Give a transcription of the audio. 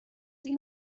دیگه